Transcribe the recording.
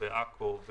בעכו,